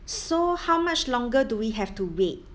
so how much longer do we have to wait